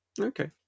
Okay